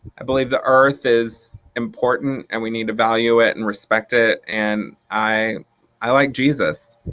i believe the earth is important and we need to value it and respect it, and i i like jesus.